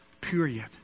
Period